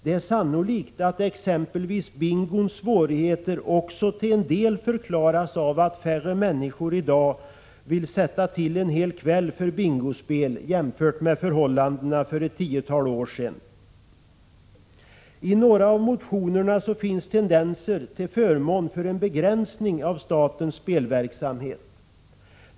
Det är sannolikt att exempelvis bingons svårigheter till en del förklaras av att färre människor i dag vill sätta till en hel kväll för bingospel jämfört med förhållandena för ett tiotal år sedan. I några av motionerna finns tendenser till att vilja begränsa statens spelverksamhet.